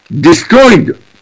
destroyed